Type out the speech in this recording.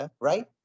right